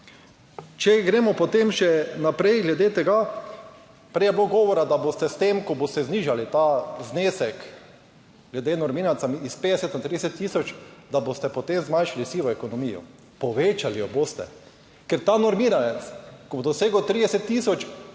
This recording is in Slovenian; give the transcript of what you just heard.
če gremo potem še naprej glede tega. Prej je bilo govora, da boste s tem, ko boste znižali ta znesek glede normirancev s 50 na 30000, da boste potem zmanjšali sivo ekonomijo. Povečali jo boste, ker ta normiranec, ko bo dosegel 30000,